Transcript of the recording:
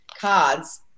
cards